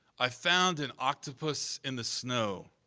i found an octopus in the snow.